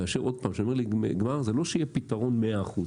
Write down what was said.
וכאשר כשאני אומר "לידי גמר" - זה לא שיהיה פתרון של 100 אחוז.